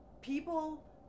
people